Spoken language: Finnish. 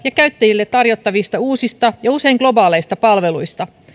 ja käyttäjille tarjottavista uusista ja usein globaaleista palveluista